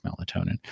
melatonin